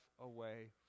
away